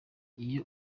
iyo